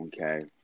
okay